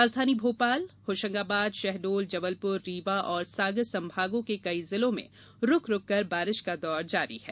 राजधानी भोपाल होशंगाबाद शहडोल जबलपुर रीवा सागर संभागों के कई जिलों में रूक रूक कर बारिश का दौर जारी है